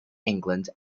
england